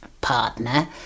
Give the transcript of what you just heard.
partner